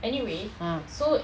ah